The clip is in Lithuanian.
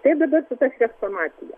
kaip dabar su ta chrestomatija